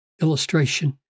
illustration